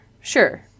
sure